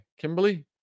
Kimberly